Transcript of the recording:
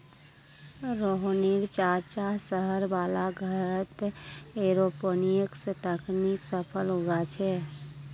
रोहनेर चाचा शहर वाला घरत एयरोपोनिक्स तकनीक स फल उगा छेक